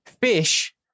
fish